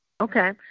Okay